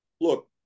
look